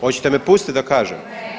Hoćete me pustit da kažem?